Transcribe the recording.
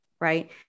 Right